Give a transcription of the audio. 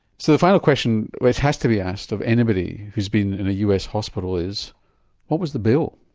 so a final question which has to be asked of anybody who's been in a us hospital is what was the bill?